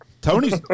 Tony's